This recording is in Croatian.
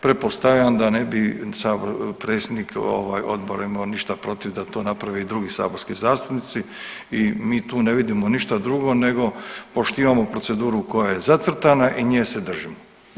Pretpostavljam da ne bi sabor, predsjednik ovaj odbora imamo ništa protiv da to naprave i drugi saborski zastupnici i mi tu ne vidimo ništa drugo nego poštivamo proceduru koja je zacrtana i nje se držimo.